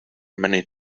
many